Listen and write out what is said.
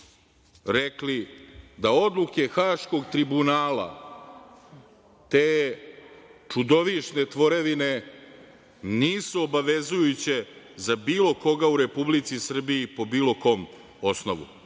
rekli da odluke Haškog tribunala, te čudovišne tvorevine, nisu obavezujuće za bilo koga u Republici Srbiji, po bilo kom